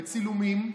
בצילומים,